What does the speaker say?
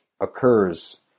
occurs